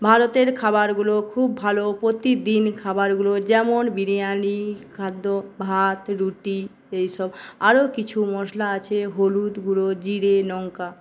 ভারতের খাবারগুলো খুব ভালো প্রতিদিন খাবারগুলো যেমন বিরিয়ানি খাদ্য ভাত রুটি এইসব আরো কিছু মশলা আছে হলুদ গুঁড়ো জিরে লঙ্কা